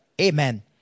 Amen